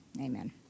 Amen